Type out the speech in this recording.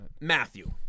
Matthew